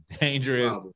dangerous